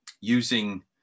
using